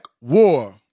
War